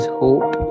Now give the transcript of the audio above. hope